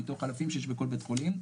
מתוך אלפים שיש בכל בית חולים,